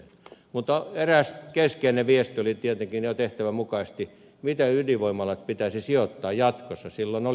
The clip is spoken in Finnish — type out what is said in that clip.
mutta eräs keskeinen viesti oli tietenkin jo tehtävän mukaisesti miten ydinvoimalat pitäisi sijoittaa jatkossa